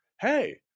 hey